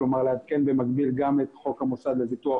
כלומר לעדכן במקביל גם את חוק המוסד לביטוח